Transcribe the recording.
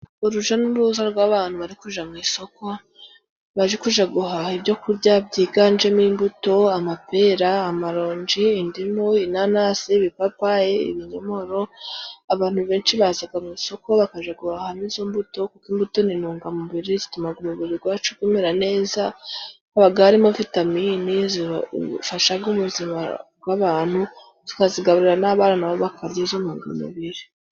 Uruja n'uruza rw'abantu bari kuja mu isoko baje kuja guhaha ibyoku kurya byiganjemo imbuto: amapera ,amaronji, indimu ,inanasi, ibipapayi, ibinyomoro abantu benshi bazaga mu isoko bakaja guhahamo izo mbuto kuko imbuto n'intungamubiri zitumaga umubiri gwacu gumera neza habaga harimo vitamini zifashaga ubuzima bw'abantu tukazigaburira n'abana bakarya izo ntungamubiri.